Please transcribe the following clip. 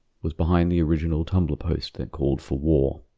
was behind the original tumblr post that called for war.